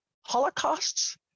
holocausts